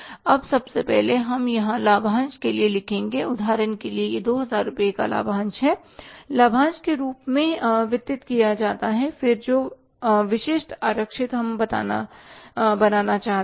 अब सबसे पहले हम यहाँ लाभांश के लिए लिखेंगे उदाहरण के लिए यह २००० रुपये का लाभांश है लाभांश के रूप में वितरित किया जाता है फिर जो विशिष्ट आरक्षित हम बनाना चाहते हैं